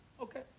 Okay